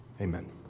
Amen